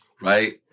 right